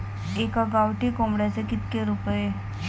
एका गावठी कोंबड्याचे कितके रुपये?